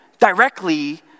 Directly